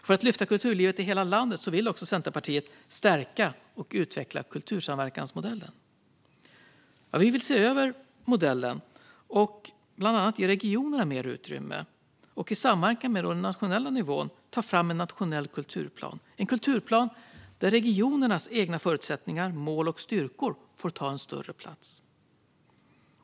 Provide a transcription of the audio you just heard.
För att lyfta kulturlivet i hela landet vill Centerpartiet också stärka och utveckla kultursamverkansmodellen. Vi vill se över modellen och bland annat ge regionerna mer utrymme och i samverkan med den nationella nivån ta fram en nationell kulturplan, där regionernas egna förutsättningar, mål och styrkor får ta en större plats.